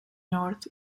north